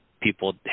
people